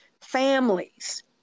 families